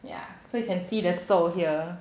yeah so you can see the 皱 here